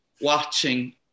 watching